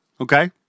Okay